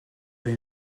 این